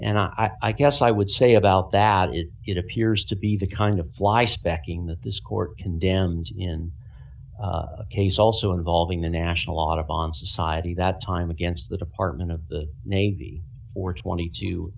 and i guess i would say about that is it appears to be the kind of fly specking that this court condemns in case also involving the national audubon society that time against the department of the navy for twenty two